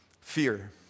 Fear